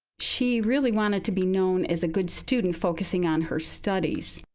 she really wanted to be known as a good student, focusing on her studies.